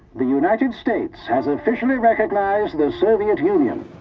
the united states has officially recognized the soviet union.